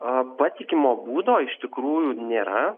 a patikimo būdo iš tikrųjų nėra